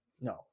no